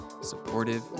supportive